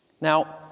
Now